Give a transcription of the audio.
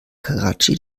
karatschi